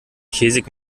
käsig